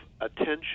attention